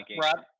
Rob